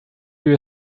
you